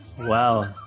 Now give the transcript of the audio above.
Wow